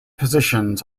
positions